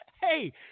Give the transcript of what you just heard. Hey